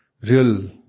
real